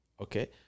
Okay